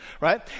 right